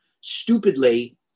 Stupidly